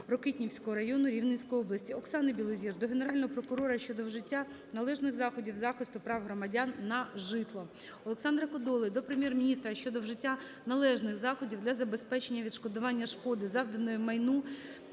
Рокитнівського району Рівненської області. Оксани Білозір до Генерального прокурора щодо вжиття належних заходів захисту прав громадян на житло. Олександра Кодоли до Прем'єр-міністра щодо вжиття належних заходів для забезпечення відшкодування шкоди, завданої майну